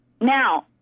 Now